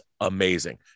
amazing